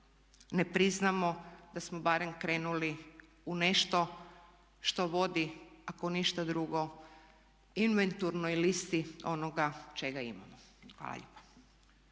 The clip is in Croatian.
ne priznamo da smo barem krenuli u nešto što voditi ako ništa drugo inventurnoj listi onoga čega imamo. Hvala lijepa.